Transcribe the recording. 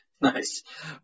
Nice